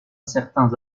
certains